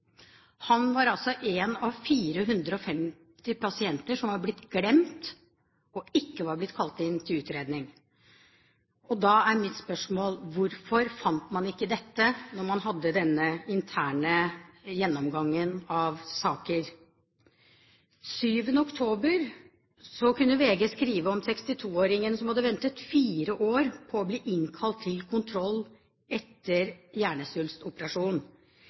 Han var altså én av 450 pasienter som var blitt glemt, og som ikke var blitt kalt inn til utredning. Da er mitt spørsmål: Hvorfor fant man ikke dette da man hadde denne interne gjennomgangen av saker? Den 7. oktober kunne VG skrive om 62-åringen som hadde ventet fire år på å bli innkalt til kontroll etter